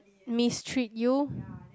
mistreat you